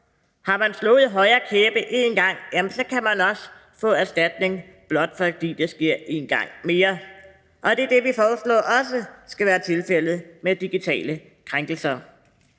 Har man slået højre kæbe én gang, kan man også få erstatning, selv om det sker en gang mere, og det er det, som vi foreslår også skal være tilfældet med digitale krænkelser.